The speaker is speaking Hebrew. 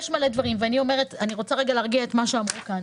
אני רוצה להרגיע את מה שאמרו כאן.